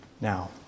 Now